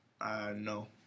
No